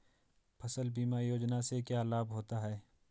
फसल बीमा योजना से क्या लाभ होता है?